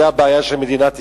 אם זה הבעיה של מדינת ישראל.